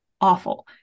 awful